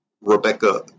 Rebecca